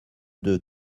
deux